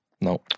No